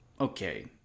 okay